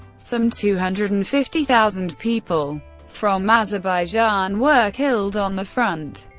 some two hundred and fifty thousand people from azerbaijan were killed on the front.